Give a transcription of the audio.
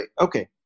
Okay